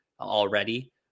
already